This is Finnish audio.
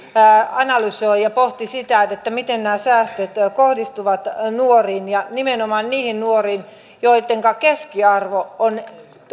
analysoi ja pohti sitä miten nämä säästöt kohdistuvat nuoriin ja nimenomaan niihin nuoriin joittenka keskiarvo on